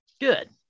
Good